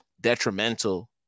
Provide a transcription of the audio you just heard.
detrimental